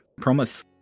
promise